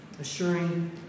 assuring